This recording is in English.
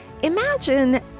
Imagine